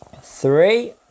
Three